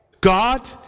God